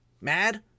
mad